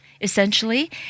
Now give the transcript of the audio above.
essentially